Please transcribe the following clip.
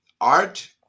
art